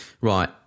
Right